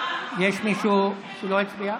יש מישהו שלא הצביע?